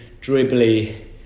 dribbly